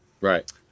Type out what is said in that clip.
Right